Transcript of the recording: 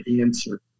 answer